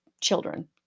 children